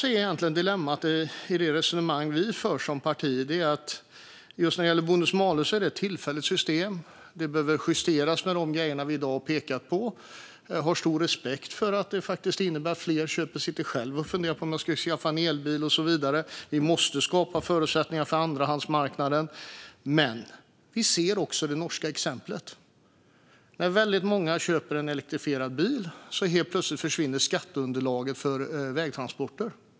I vårt partis resonemang är dilemmat med bonus-malus att det är ett tillfälligt system. Det behöver justeras med de saker vi i dag pekar på. Jag har stor respekt för att det faktiskt innebär fler köp. Jag sitter själv och funderar på om jag ska skaffa en elbil och så vidare. Vi måste skapa förutsättningar för andrahandsmarknaden. Men vi ser också det norska exemplet. När många köper en elektrifierad bil försvinner plötsligt skatteunderlaget för vägtransporter.